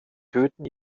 töten